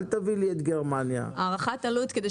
אל תביאי לי את גרמניה כדוגמה.